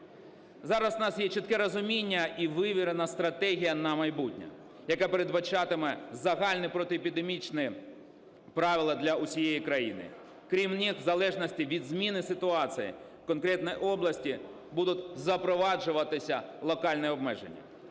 Зараз у нас є чітке розуміння і вивірена стратегія на майбутнє, яка передбачатиме загальні протиепідемічні правила для усієї країни, крім них, в залежності від зміни ситуації у конкретних областях, будуть запроваджуватися локальні обмеження.